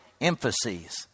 emphases